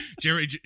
Jerry